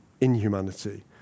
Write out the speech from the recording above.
inhumanity